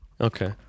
Okay